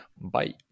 Bye